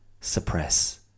suppress